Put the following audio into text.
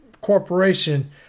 corporation